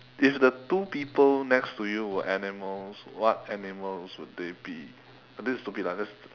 if the two people next to you were animals what animals would they be this is a stupid lah just